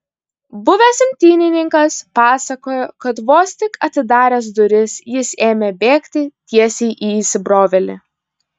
buvęs imtynininkas pasakojo kad vos tik atidaręs duris jis ėmė bėgti tiesiai į įsibrovėlį